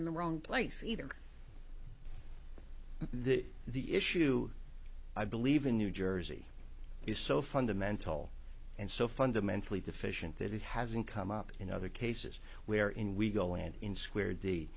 in the wrong place either this the issue i believe in new jersey is so fundamental and so fundamentally deficient that it hasn't come up in other cases where in we go and in square d